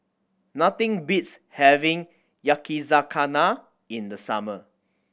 nothing beats having Yakizakana in the summer